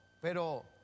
pero